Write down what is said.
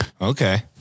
Okay